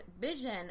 vision